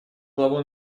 главу